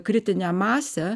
kritinę masę